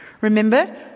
Remember